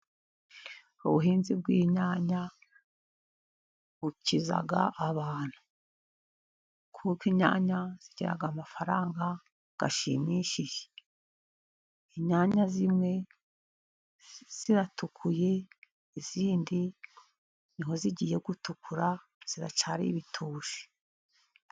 Ubuhinzi bw'inyanya bukiza abantu, kuko inyanya zigira amafaranga ashimishije, inyanya zimwe ziratukuye izindi niho zigiye gutukura ziracyari ibitoshi.